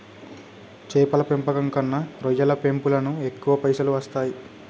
చేపల పెంపకం కన్నా రొయ్యల పెంపులను ఎక్కువ పైసలు వస్తాయి